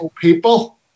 people